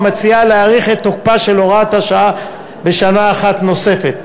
המציעה להאריך את תוקפה של הוראת השעה בשנה אחת נוספת.